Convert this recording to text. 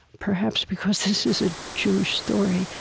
perhaps because this is a jewish story,